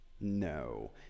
No